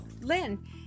Lynn